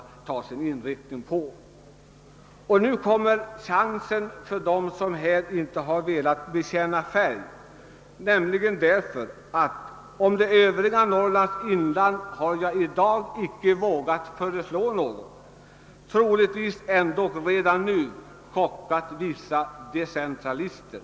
Nu kommer chansen för dem som inte velat bekänna färg. Beträffande det övriga Norrlands inland har jag i dag icke vågat föreslå något. Troligtvis har jag ändå chockat vissa decentralister.